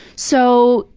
so,